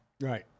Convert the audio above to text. right